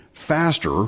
Faster